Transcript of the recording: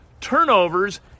turnovers